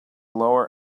lower